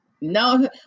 No